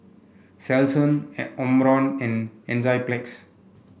Selsun Omron and Enzyplex